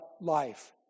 life